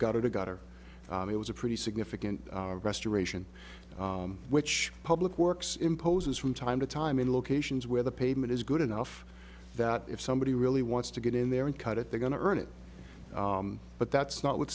got to got or it was a pretty significant restoration which public works imposes from time to time in locations where the pavement is good enough that if somebody really wants to get in there and cut it they're going to earn it but that's not w